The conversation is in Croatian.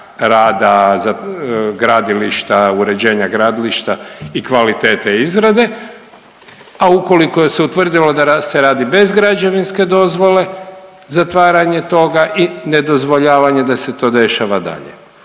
gradilišta, uređenja gradilišta i kvalitete izrade, a ukoliko je se utvrdilo da se radi bez građevinske dozvole zatvaranje toga i nedozvoljavanje da se to dešava dalje.